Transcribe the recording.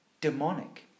demonic